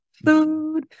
food